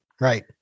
Right